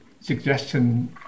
suggestion